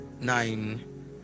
nine